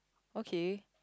okay